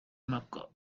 mecca